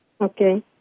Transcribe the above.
Okay